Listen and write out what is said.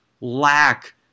lack